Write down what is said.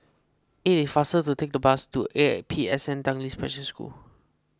it is faster to take the bus to A P S N Tanglin Special School